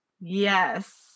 Yes